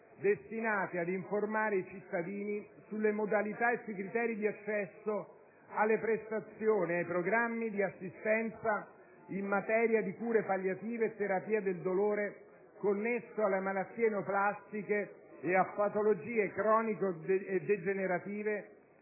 destinate ad informare i cittadini sulle modalità e sui criteri di accesso alle prestazioni e ai programmi di assistenza in materia di cure palliative e di terapia del dolore connesso alle malattie neoplastiche e a patologie croniche e degenerative,